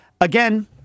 Again